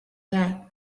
that